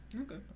Okay